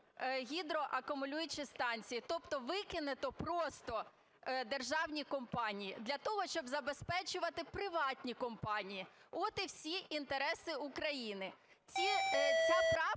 "гідроакумулюючі станції". Тобто викинуто просто державні компанії для того, щоб забезпечувати приватні компанії, от і всі інтереси України.